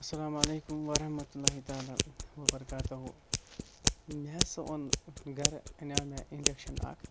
اَسَلام علیکُم وَرحمتُہ اللہ تعالٰی وَبَرکاتَہُ مےٚ ہسا اوٚن گَرِ اَنیٛو مےٚ اِنڈَکشَن اَکھ